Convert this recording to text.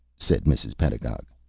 said mrs. pedagog.